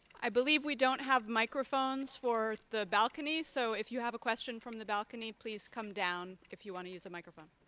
i believe we don't have microphones for the balcony. so if you have a question from the balcony, please come down if you want to use a microphone.